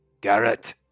Garrett